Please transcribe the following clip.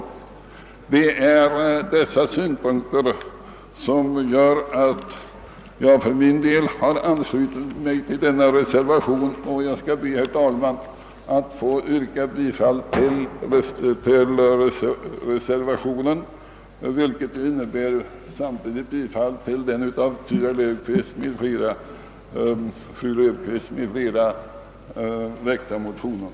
Det är dessa synpunkter som gör att jag anslutit mig till reservationen, och jag skall be, herr talman, att få yrka bifall till reservationen som innebär ett bifall till den av fru Löfqvist m.fl. väckta motionen.